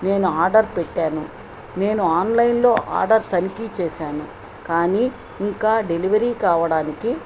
నేను ఆర్డర్ పెట్టాను నేను ఆన్లైన్లో ఆర్డర్ తనిఖీ చేసాను కానీ ఇంకా డెలివరీ కావడానికి